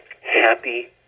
happy